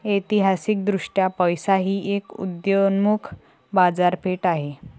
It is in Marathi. ऐतिहासिकदृष्ट्या पैसा ही एक उदयोन्मुख बाजारपेठ आहे